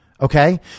okay